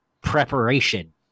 preparation